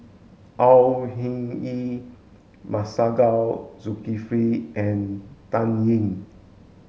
Au Hing Yee Masagos Zulkifli and Dan Ying